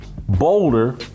Boulder